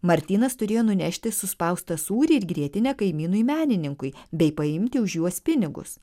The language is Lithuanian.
martynas turėjo nunešti suspaustą sūrį ir grietinę kaimynui menininkui bei paimti už juos pinigus